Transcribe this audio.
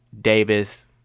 Davis